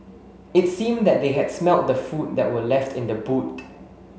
it seemed that they had smelt the food that were left in the boot